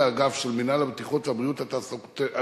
האגף של מינהל הבטיחות והבריאות התעסוקתית